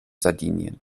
sardinien